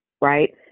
right